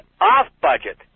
off-budget